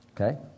Okay